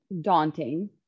daunting